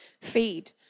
feed